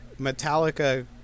Metallica